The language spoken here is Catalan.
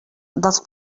dels